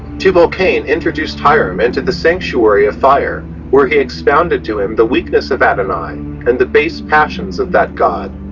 tubal-cain introduced hiram into the sanctuary of fire, where he expounded to him the weakness of and adonai and the base passions of that god,